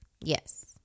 Yes